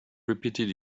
repeated